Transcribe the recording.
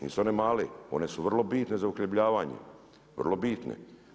Nisu one male one su vrlo bitne za uhljebljavanje, vrlo bitne.